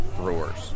brewers